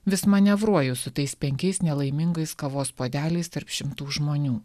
vis manevruoju su tais penkiais nelaimingais kavos puodeliais tarp šimtų žmonių